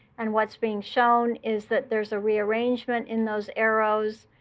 and what's being shown is that there's a rearrangement in those arrows,